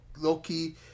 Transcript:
Loki